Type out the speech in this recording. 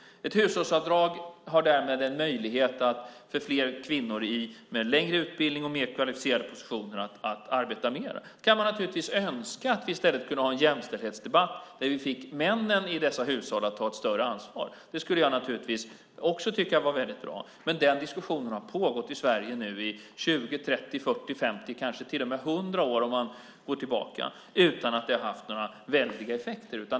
Ett hushållsavdrag ger därmed en möjlighet för fler kvinnor med längre utbildning och mer kvalificerade positioner att arbeta mer. Man kan naturligtvis önska att vi i stället kunde ha en jämställdhetsdebatt där vi fick männen i dessa hushåll att ta ett större ansvar. Det skulle jag naturligtvis också tycka var väldigt bra. Men den diskussionen har nu pågått i Sverige i 20, 30, 40, 50, kanske till och med 100 år, utan att det har haft några väldiga effekter.